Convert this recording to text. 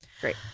Great